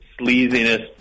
sleaziness